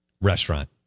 restaurant